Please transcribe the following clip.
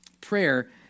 prayer